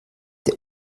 der